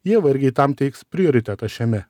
jie vargiai tam teiks prioritetą šiame